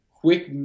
quick